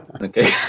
Okay